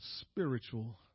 spiritual